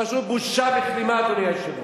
פשוט בושה וכלימה, אדוני היושב-ראש.